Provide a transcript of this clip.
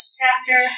chapter